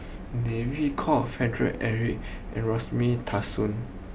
David Kwo Alfred Eric and Rosemary